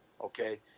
okay